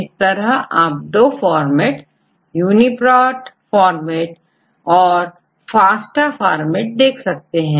इस तरह आप दो फॉर्मेटUniProt फॉर्मेट याFASTA फॉर्मेट देख सकते हैं